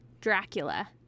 Dracula